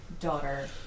daughter